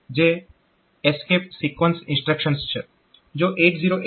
જે escape sequence instructions છે